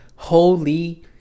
Holy